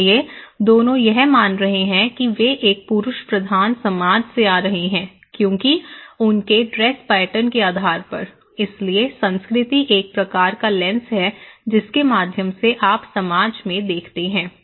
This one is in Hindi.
इसलिए दोनों यह मान रहे हैं कि वे एक पुरुष प्रधान समाज से आ रहे हैं क्योंकि उनके ड्रेस पैटर्न के आधार पर इसलिए संस्कृति एक प्रकार का लेंस है जिसके माध्यम से आप समाज में देखते हैं